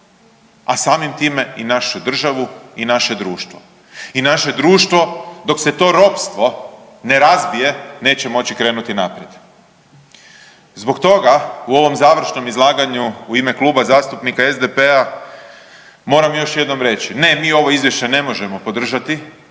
a samim time i našu državu i naše društvo. I naše društvo dok se to ropstvo ne razbije neće moći krenuti naprijed. Zbog toga u ovom završnom izlaganju u ime Kluba zastupnika SDP-a moram još jednom reći, ne mi ovo izvješće ne možemo podržati,